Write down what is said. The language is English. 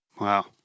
Wow